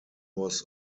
was